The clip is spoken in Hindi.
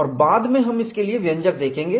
और बाद में हम इसके लिए व्यंजक देखेंगे